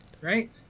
right